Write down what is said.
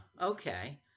Okay